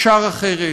אפשר אחרת,